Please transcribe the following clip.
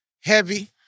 heavy